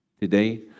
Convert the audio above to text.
today